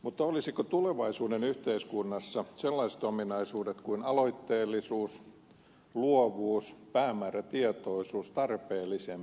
mutta olisivatko tulevaisuuden yhteiskunnassa sellaiset ominaisuudet kuin aloitteellisuus luovuus päämäärätietoisuus tarpeellisempia